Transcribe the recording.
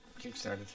kickstarted